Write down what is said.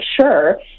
sure